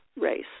race